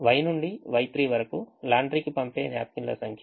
Y1 నుండి Y3 వరకు లాండ్రీకి పంపే న్యాప్కిన్ ల సంఖ్య